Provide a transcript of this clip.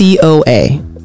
COA